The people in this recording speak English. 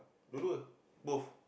dua-dua both